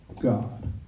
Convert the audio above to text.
God